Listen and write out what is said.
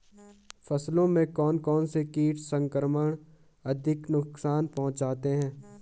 फसलों में कौन कौन से कीट संक्रमण अधिक नुकसान पहुंचाते हैं?